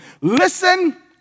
Listen